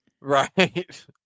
right